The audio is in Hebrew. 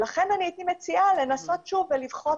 לכן אני הייתי מציעה לנסות שוב ולבחון